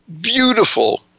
beautiful